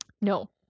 No